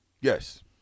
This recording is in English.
Yes